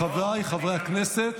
של חברי הכנסת